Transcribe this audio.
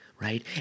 right